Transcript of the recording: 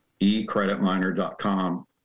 ecreditminer.com